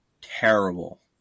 terrible